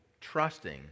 trusting